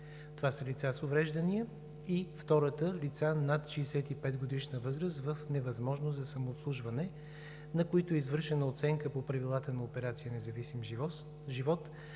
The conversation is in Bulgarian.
това са лица с увреждания и, втората, лица над 65-годишна възраст в невъзможност за самообслужване, на които е извършена оценка по правилата на операция „Независим живот“,